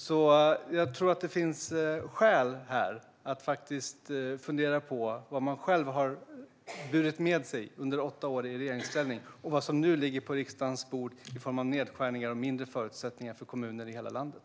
Så jag tror att det finns skäl att faktiskt fundera på vad man själv har burit med sig under åtta år i regeringsställning och vad som nu ligger på riksdagens bord i form av nedskärningar och sämre förutsättningar för kommuner i hela landet.